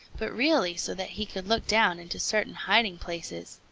but really so that he could look down into certain hiding-places.